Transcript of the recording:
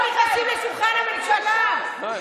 לא נכנסים לשולחן הממשלה.